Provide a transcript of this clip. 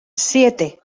siete